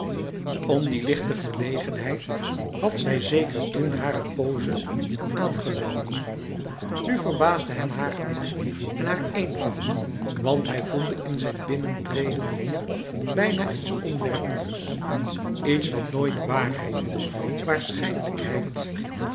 om die lichte verlegenheid had zij zeker toen hare pose aangenomen nu verbaasde hem haar gemak en haar eenvoud want hij voelde in zijn binnentreden hier bijna iets onwerkelijks iets wat nooit waarheid waarschijnlijkheid